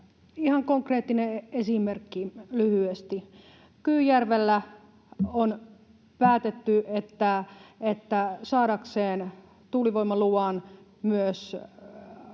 Ihan konkreettinen esimerkki lyhyesti: Kyyjärvellä on päätetty, että saadakseen tuulivoimaluvan myös